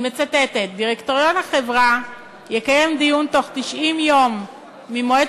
אני מצטטת: דירקטוריון החברה יקיים דיון בתוך 90 יום ממועד